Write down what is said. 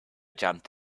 jumped